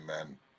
Amen